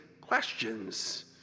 questions